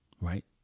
right